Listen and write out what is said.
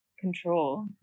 control